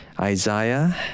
Isaiah